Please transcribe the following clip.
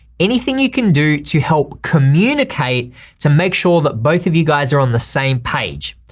anything you can do to help communicate to make sure that both of you guys are on the same page.